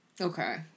Okay